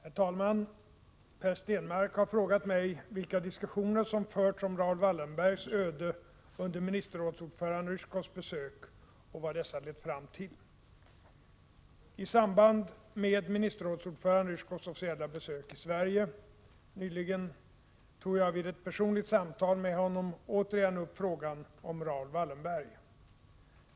Herr talman! Per Stenmarck har frågat mig vilka diskussioner som förts om Raoul Wallenbergs öde under ministerrådsordföranden Ryzjkovs besök och vad dessa lett fram till. I samband med ministerrådsordförande Ryzjkovs officiella besök i Sverige nyligen tog jag vid ett personligt samtal med honom återigen upp frågan om Raoul Wallenberg.